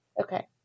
Okay